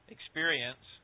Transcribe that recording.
experience